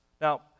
Now